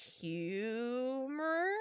humor